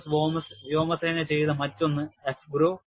US വ്യോമസേന ചെയ്ത മറ്റൊന്ന് AFGROW